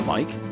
Mike